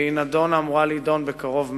והיא אמורה להידון בקרוב מאוד.